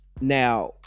now